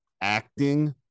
acting